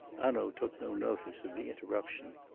hanaud took no notice of the interruption.